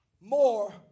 more